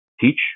teach